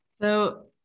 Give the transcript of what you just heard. So-